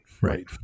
Right